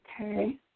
Okay